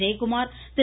Jayakumar Thiru